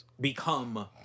become